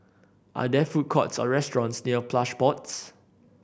are there food courts or restaurants near Plush Pods